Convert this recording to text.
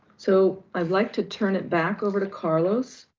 so i'd like to turn it back over to carlos.